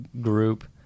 group